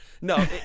No